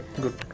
good